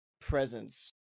presence